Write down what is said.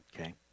Okay